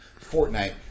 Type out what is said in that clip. Fortnite